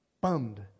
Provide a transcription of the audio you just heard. bummed